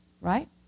right